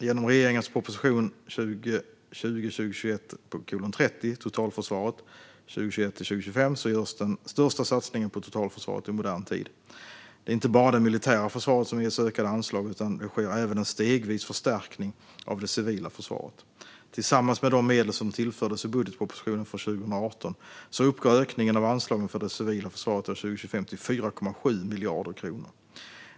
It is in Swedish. Genom regeringens proposition 2020/21:30 Totalförsvaret 2021 - 2025 görs den största satsningen på totalförsvaret i modern tid. Det är inte bara det militära försvaret som ges ökade anslag utan det sker även en stegvis förstärkning av det civila försvaret. Tillsammans med de medel som tillfördes i budgetpropositionen för 2018 uppgår ökningen av anslagen för det civila försvaret år 2025 till 4,7 miljarder kronor.